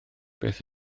beth